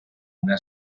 una